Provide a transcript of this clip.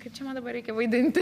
kaip čia man dabar reikia vaidinti